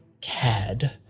cad